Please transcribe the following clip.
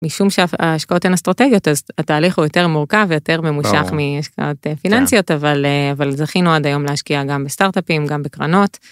משום שהשקעות הן אסטרטגיות אז התהליך הוא יותר מורכב יותר ממושך מהשקעות פיננסיות אבל אבל זכינו עד היום להשקיע גם בסטארטאפים גם בקרנות.